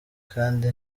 kandi